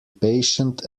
patient